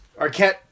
Arquette